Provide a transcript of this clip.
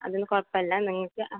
അതൊന്നും കുഴപ്പമില്ല നിങ്ങൾക്ക് ആ